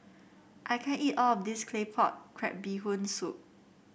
I can't eat all of this Claypot Crab Bee Hoon Soup